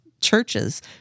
churches